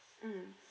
mm